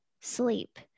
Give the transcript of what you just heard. sleep